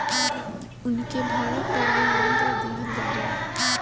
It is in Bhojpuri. उनके भाड़ा पर भी यंत्र दिहल जाला